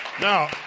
Now